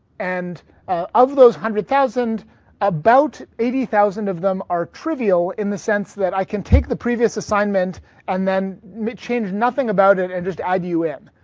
and ah of those one hundred thousand about eighty thousand of them are trivial, in the sense that i can take the previous assignment and then may change nothing about it and just add you in.